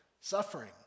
suffering